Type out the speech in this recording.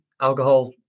alcohol